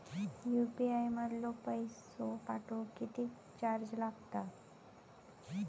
UPI मधलो पैसो पाठवुक किती चार्ज लागात?